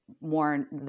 more